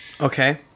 Okay